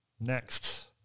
Next